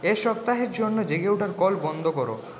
এই সপ্তাহের জন্য জেগে ওঠার কল বন্ধ কর